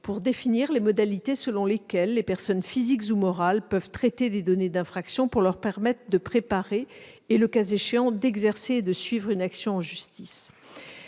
pour définir les modalités selon lesquelles les personnes physiques ou morales peuvent traiter des données d'infraction pour leur permettre de préparer et, le cas échéant, d'exercer et de suivre une action en justice.